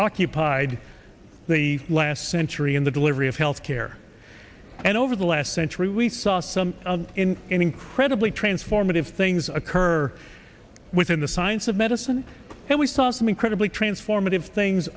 occupied the last century in the delivery of health care and over the last century we saw some incredibly transformative things occur within the science of medicine and we saw some incredibly transformative things